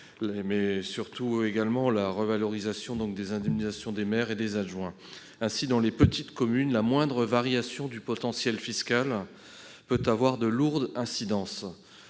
élus locaux et à la revalorisation des indemnités des maires et des adjoints. Dans les petites communes, la moindre variation du potentiel fiscal peut avoir de lourdes incidences.